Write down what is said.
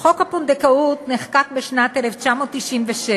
חוק הפונדקאות נחקק בשנת 1996,